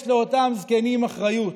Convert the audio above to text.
יש לאותם זקנים אחריות.